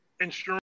insurance